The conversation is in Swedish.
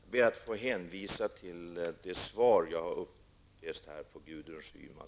Fru talman! Jag ber att få hänvisa till det svar som jag här har läst upp för Gudrun Schyman.